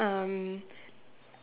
um